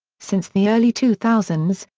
since the early two thousand